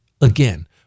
Again